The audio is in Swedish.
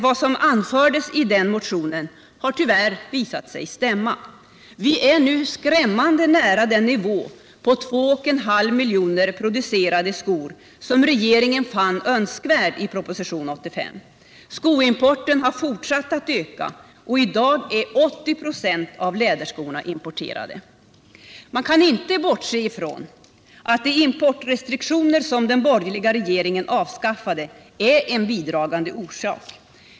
Vad som anfördes i den motionen har tyvärr visat sig stämma. Vi är nu skrämmande nära den nivå på 2,5 miljoner producerade skor som regeringen fann önskvärd i propositionen 85. Skoimporten har fortsatt att öka, och i dag är 80 96 av läderskorna importerade. Man kan inte bortse från att de importrestriktioner som den borgerliga regeringen avskaffade är en bidragande orsak.